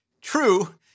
True